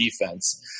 defense